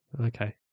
Okay